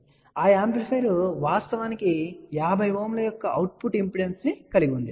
కాబట్టి ఆ యాంప్లిఫైయర్ వాస్తవానికి 50Ω యొక్క అవుట్పుట్ ఇంపిడెన్స్ కలిగి ఉంటుంది